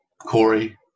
Corey